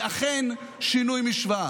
זה אכן שינוי משוואה.